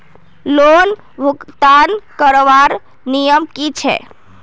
Loan भुगतान करवार नियम की छे?